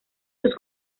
sus